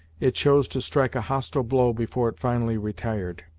it chose to strike a hostile blow before it finally retired.